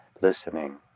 listening